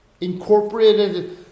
Incorporated